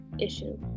issue